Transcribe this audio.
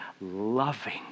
loving